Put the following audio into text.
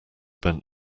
bent